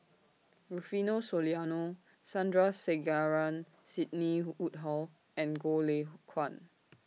Rufino Soliano Sandrasegaran Sidney Woodhull and Goh Lay Kuan